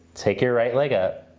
take your right leg up.